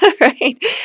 right